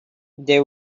they